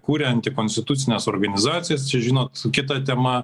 kūrę antikonstitucines organizacijas čia žinot kita tema